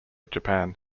japan